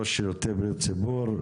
ראש שירותי בריאות הציבור במשרד הבריאות.